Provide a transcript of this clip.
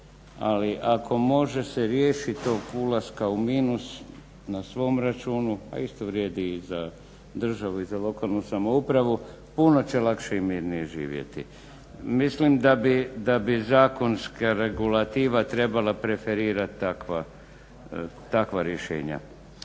ali ako može se riješit tog ulaska u minus na svom računu, a isto vrijedi i za državu i za lokalnu samoupravu puno će lakše i mirnije živjeti. Mislim da bi zakonska regulativa trebala preferirati takva rješenja.